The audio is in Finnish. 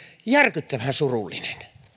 järkyttävän surullinen